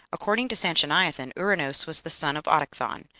according to sanchoniathon, ouranos was the son of autochthon,